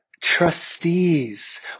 trustees